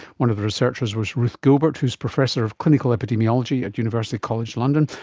one of the researchers was ruth gilbert who is professor of clinical epidemiology at university college london.